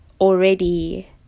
already